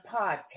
podcast